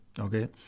Okay